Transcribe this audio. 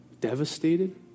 Devastated